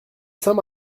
saint